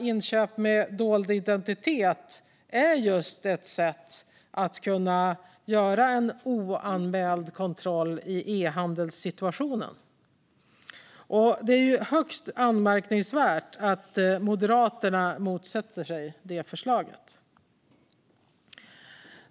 Inköp med dold identitet är just ett sätt att kunna göra en oanmäld kontroll i en e-handelssituation. Det är högst anmärkningsvärt att Moderaterna motsätter sig det förslaget.